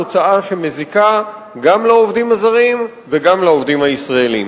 תוצאה שמזיקה גם לעובדים הזרים וגם לעובדים הישראלים.